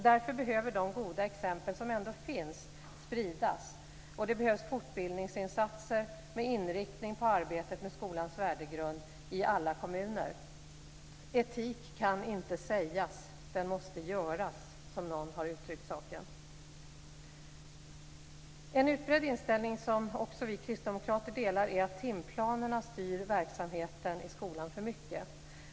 Därför behöver de goda exempel som ändå finns spridas. Det behövs fortbildningsinsatser med inriktning på arbetet med skolans värdegrund i alla kommuner. Etik kan inte sägas, den måste göras, som någon har uttryckt det. En utbredd inställning, som också vi kristdemokrater delar, är att timplanerna styr verksamheten i skolan för mycket.